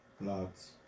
Lots